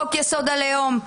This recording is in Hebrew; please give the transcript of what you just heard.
חוק יסוד: הלאום.